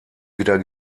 wieder